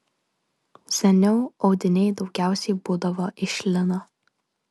seniau audiniai daugiausiai būdavo iš lino